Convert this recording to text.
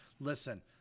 Listen